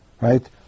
Right